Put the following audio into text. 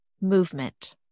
movement